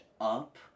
up